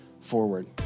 forward